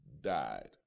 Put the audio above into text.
died